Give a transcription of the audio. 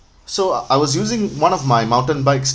so I was using one of my mountain bikes